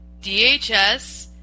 DHS